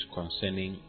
concerning